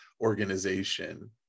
organization